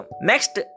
Next